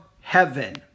heaven